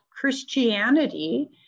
Christianity